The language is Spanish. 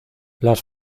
las